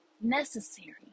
necessary